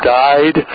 died